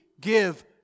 give